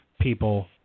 people